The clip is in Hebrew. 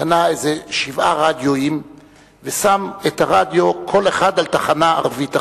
קנה איזה שבעה רדיואים ושם כל אחד על תחנה ערבית אחרת,